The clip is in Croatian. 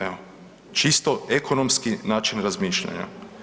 Evo, čisto ekonomski način razmišljanja.